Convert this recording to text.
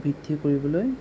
বৃদ্ধি কৰিবলৈ